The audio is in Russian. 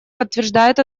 подтверждает